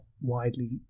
widely